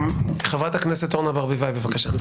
חברת הכנסת אורנה ברביבאי, בבקשה.